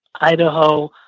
Idaho